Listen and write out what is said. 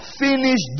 finish